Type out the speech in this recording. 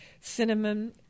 cinnamon